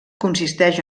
consisteix